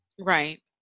Right